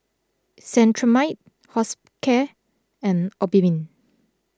Cetrimide Hospicare and Obimin